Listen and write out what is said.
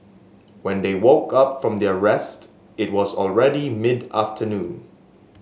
when they woke up from their rest it was already mid afternoon